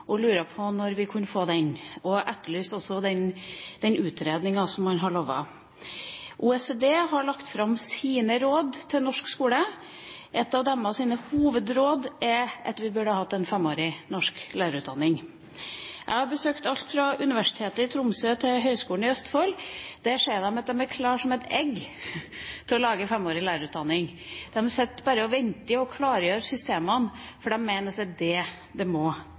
og lurer på når vi får den, og rapporten etterlyser også den utredninga som man har lovet. OECD har lagt fram sine råd til norsk skole, og et av deres hovedråd er at vi burde hatt en femårig norsk lærerutdanning. Jeg har besøkt alt fra Universitetet i Tromsø til Høgskolen i Østfold. Der sier de at de er klare som et egg til å lage en femårig lærerutdanning. De sitter bare og venter og klargjør systemene, for